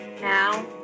now